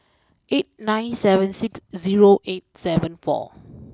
eight nine seven six zero eight seven four